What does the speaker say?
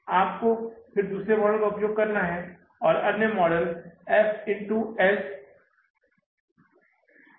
फिर आपको दूसरे मॉडल का उपयोग करना होगा और अन्य model F S S V है